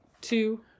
two